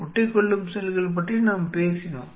ஒட்டிக்கொள்ளும் செல்கள் பற்றி நாம் பேசினோம்